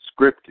Scripted